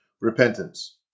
repentance